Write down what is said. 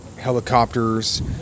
helicopters